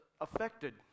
affected